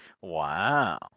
Wow